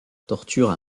torture